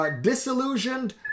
Disillusioned